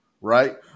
right